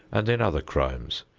and in other crimes.